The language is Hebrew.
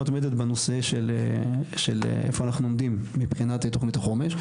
בנושא של איפה אנחנו עומדים מבחינת תכנית החומש.